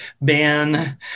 ban